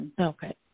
Okay